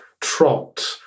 trot